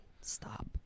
stop